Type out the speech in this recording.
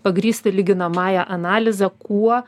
pagrįsti lyginamąja analize kuo